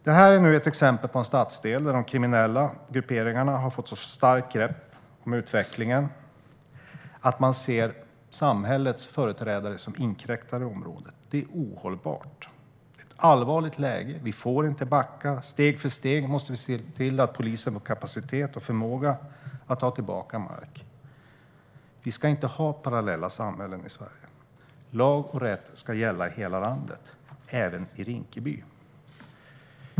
Det här är nu ett exempel på en stadsdel där de kriminella grupperingarna har fått ett så starkt grepp om utvecklingen att man ser samhällets företrädare som inkräktare i området. Det är ohållbart. Det är ett allvarligt läge. Vi får inte backa. Steg för steg måste vi se till att polisen har kapacitet och förmåga att ta tillbaka mark. Vi ska inte ha parallella samhällen i Sverige. Lag och rätt ska gälla i hela landet, även i Rinkeby.